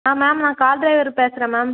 ஆ ma'am நான் car driver பேசுகிறேன் ma'am